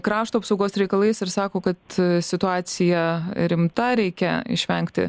krašto apsaugos reikalais ir sako kad situacija rimta reikia išvengti